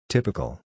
Typical